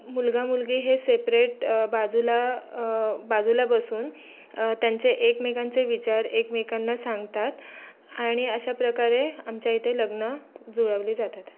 मुलगा मुलगी हे सेपरेट बाजूला बाजूला बसून त्यांचे एकमेकांचे विचार एकमेकांना सांगतात आणि अशा प्रकारे आमच्या इथे लग्नं जुळवली जातात